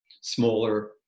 smaller